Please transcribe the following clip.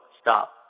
stop